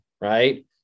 right